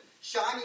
shiny